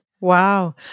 wow